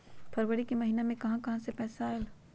फरवरी महिना मे कहा कहा से पैसा आएल?